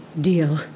Deal